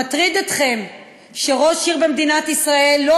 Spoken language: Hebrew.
מטריד אתכם שראש עיר במדינת ישראל לא